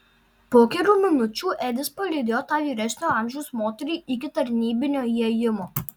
po kelių minučių edis palydėjo tą vyresnio amžiaus moterį iki tarnybinio įėjimo